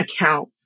account